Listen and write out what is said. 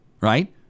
right